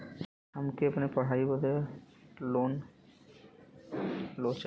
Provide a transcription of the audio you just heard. हमके अपने पढ़ाई बदे लोन लो चाही?